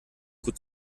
gut